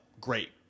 Great